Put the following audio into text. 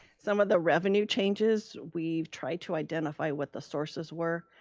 some of the revenue changes, we've tried to identify what the sources were,